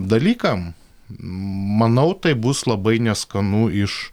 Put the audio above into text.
dalykam manau tai bus labai neskanu iš